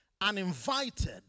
uninvited